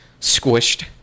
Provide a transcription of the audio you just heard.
squished